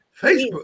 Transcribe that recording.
Facebook